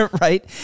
right